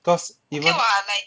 cause even